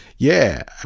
yeah.